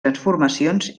transformacions